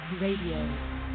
Radio